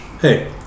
Hey